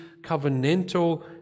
covenantal